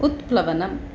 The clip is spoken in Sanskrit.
उत्प्लवनम्